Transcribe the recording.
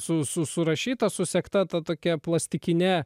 su surašyta susegta ta tokia plastikine